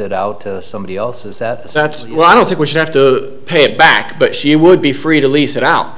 it out to somebody else is that that's why i don't think we should have to pay it back but she would be free to lease it out